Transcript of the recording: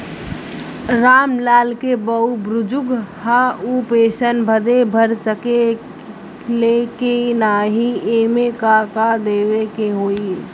राम लाल के बाऊ बुजुर्ग ह ऊ पेंशन बदे भर सके ले की नाही एमे का का देवे के होई?